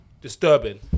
disturbing